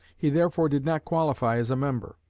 he therefore did not qualify as a member.